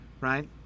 right